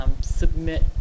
submit